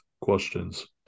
questions